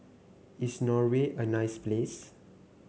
is Norway a nice place